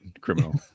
criminal